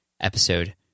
episode